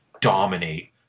dominate